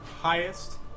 highest